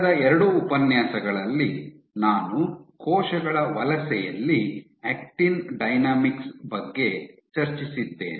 ಕಳೆದ ಎರಡು ಉಪನ್ಯಾಸಗಳಲ್ಲಿ ನಾನು ಕೋಶಗಳ ವಲಸೆಯಲ್ಲಿ ಆಕ್ಟಿನ್ ಡೈನಾಮಿಕ್ಸ್ ಬಗ್ಗೆ ಚರ್ಚಿಸಿದ್ದೇನೆ